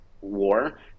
war